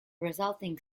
resulting